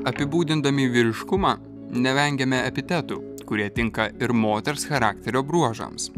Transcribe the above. apibūdindami vyriškumą nevengiame epitetų kurie tinka ir moters charakterio bruožams